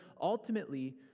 ultimately